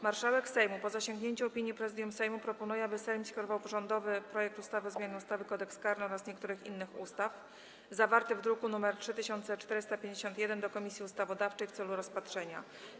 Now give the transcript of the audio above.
Marszałek Sejmu, po zasięgnięciu opinii Prezydium Sejmu, proponuje, aby Sejm skierował rządowy projekt ustawy o zmianie ustawy Kodeks karny oraz niektórych innych ustaw, zawarty w druku nr 3451, do Komisji Ustawodawczej w celu rozpatrzenia.